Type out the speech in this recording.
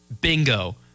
Bingo